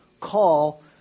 call